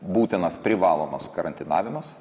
būtinas privalomas karantinavimas